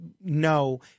no